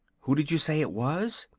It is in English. who did you say it was?